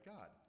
God